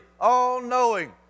all-knowing